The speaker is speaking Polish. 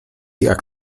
jak